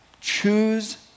Choose